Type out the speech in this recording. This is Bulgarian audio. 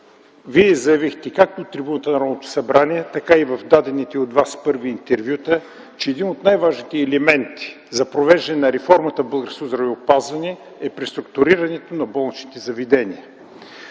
на Народното събрание, така и в дадените от Вас първи интервюта, че един от най важните елементи за провеждане на реформата в българското здравеопазване е преструктурирането на болничните заведения.